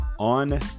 On